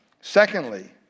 Secondly